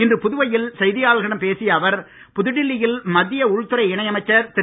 இன்று புதுவையில் செய்தியாளர்களிடம் பேசிய அவர் புதுடெல்லியில் மத்திய உள்துறை அமைச்சர் திரு